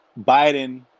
Biden